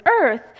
earth